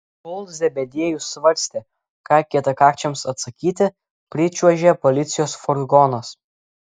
kol zebediejus svarstė ką kietakakčiams atsakyti pričiuožė policijos furgonas